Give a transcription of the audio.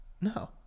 no